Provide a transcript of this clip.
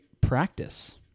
practice